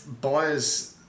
Buyers